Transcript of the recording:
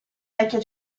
vecchio